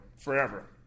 forever